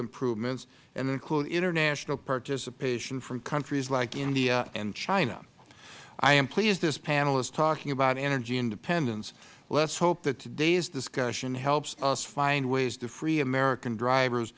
improvements and include international participation from countries like india and china i am pleased this panel is talking about energy independence let us hope that today's discussion helps us find way to free american drivers